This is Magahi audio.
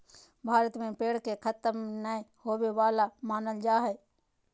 भारत में पेड़ के खतम नय होवे वाला मानल जा हइ